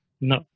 no